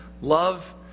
Love